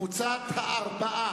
קבוצת סיעת חד"ש לסעיף 05,